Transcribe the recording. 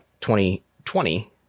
2020